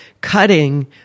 cutting